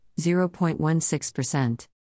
0.16%